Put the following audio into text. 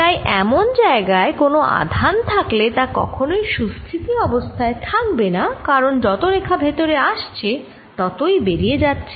তাই এমন জায়গায় কোন আধান থাকলে তা কখনই সুস্থিতি অবস্থায় থাকবে না কারণ যত রেখা ভেতরে আসছে ততই বেরিয়ে যাচ্ছে